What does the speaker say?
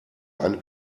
ein